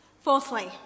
Fourthly